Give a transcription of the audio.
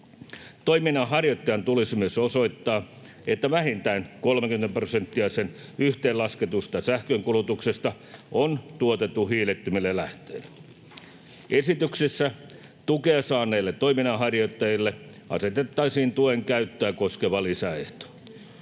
Toiminnanharjoittajan tulisi myös osoittaa, että vähintään 30 prosenttia sen yhteenlasketusta sähkönkulutuksesta on tuotettu hiilettömillä lähteillä. Esityksessä tukea saaneille toiminnanharjoittajille asetettaisiin tuen käyttöä koskeva lisäehto.